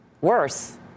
Worse